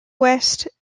west